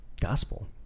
Gospel